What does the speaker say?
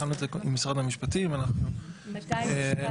בחנו את זה עם משרד המשפטים --- מתי הושקע